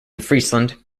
friesland